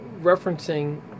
referencing